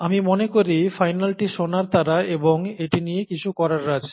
আমি মনে করি ফাইনালটি সোনার তারা এবং এটি নিয়ে কিছু করার আছে